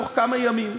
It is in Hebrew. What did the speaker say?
בתוך כמה ימים,